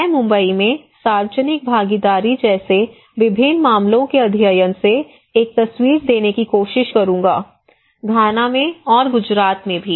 मैं मुंबई में सार्वजनिक भागीदारी जैसे विभिन्न मामलों के अध्ययन से एक तस्वीर देने की कोशिश करूंगा घाना में और गुजरात में भी